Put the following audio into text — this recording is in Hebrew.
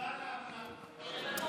תודה על ההבנה.